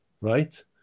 right